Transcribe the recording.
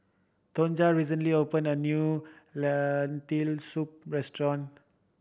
Tonja recently opened a new Lentil Soup restaurant